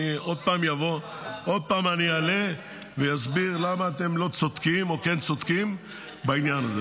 עוד פעם אני אעלה ואסביר למה אתם לא צודקים או כן צודקים בעניין הזה,